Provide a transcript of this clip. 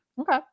okay